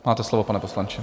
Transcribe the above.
Máte slovo, pane poslanče.